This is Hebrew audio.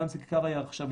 היום זו כיכר העיר העכשווית,